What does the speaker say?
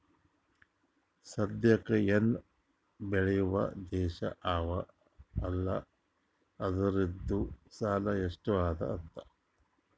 ಸದ್ಯಾಕ್ ಎನ್ ಬೇಳ್ಯವ್ ದೇಶ್ ಅವಾ ಅಲ್ಲ ಅದೂರ್ದು ಸಾಲಾ ಎಷ್ಟ ಅದಾ ಅಂತ್ ಅರ್ಥಾ